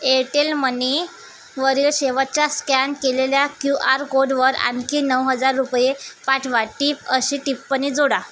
Airtel money वरील शेवटच्या scan केलेल्या क्यू आर कोडवर आणखी नऊ हजार रुपये पाठवा टीप अशी टिप्पणी जोडा